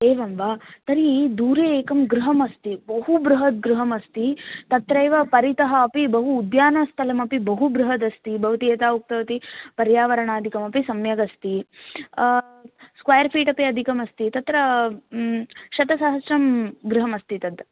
एवं वा तर्हि दूरे एकं गृहमस्ति बहु बृहत् गृहमस्ति तत्रैव परितः अपि बहु उद्यानस्थलमपि बहु बृहदस्ति भवती यथा उक्तवती पर्यावरणादिकमपि सम्यगस्ति स्क्वयर् फ़ीट् अपि अधिकमस्ति तत्र शतसहस्रं गृहमस्ति तत्